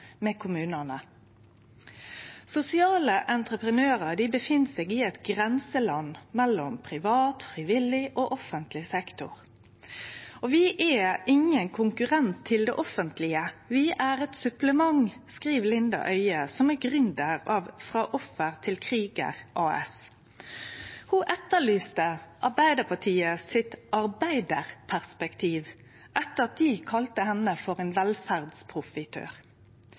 med kommunane. Sosiale entreprenørar er i eit grenseland mellom privat sektor, frivillig sektor og offentleg sektor. «Vi er ingen konkurrent til det offentlige. Vi er et supplement.» Det skriver Linda Øye, som er gründer av Fra offer til kriger AS. Ho etterlyste arbeidarperspektivet til Arbeidarpartiet etter at dei kalla ho ein velferdsprofitør.